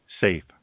safe